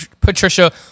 Patricia